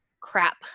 crap